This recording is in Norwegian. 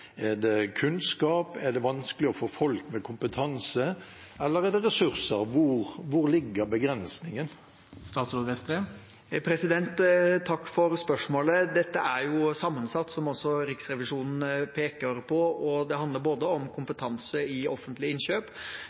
vanskelig å få folk med kompetanse, eller er det ressurser? Hvor ligger begrensningen? Takk for spørsmålet. Dette er sammensatt, som også Riksrevisjonen peker på, og det handler både om kompetanse i offentlige innkjøp